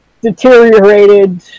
deteriorated